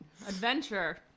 adventure